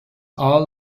all